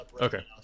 okay